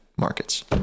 markets